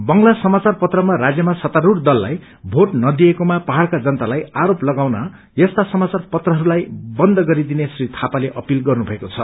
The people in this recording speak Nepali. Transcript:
बंगला समाचार पत्रमा राज्यमा सत्तास्ट्र दललाई भोट नदिएकोमा पहाड़र्को जतालाई आरोप लगाउन यस्ता समाचार पत्रहरूलाई बन्द गरिदिने श्री थापाले अपील गर्नुभएको छ